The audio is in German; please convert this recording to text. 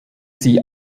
sie